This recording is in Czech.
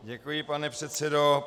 Děkuji, pane předsedo.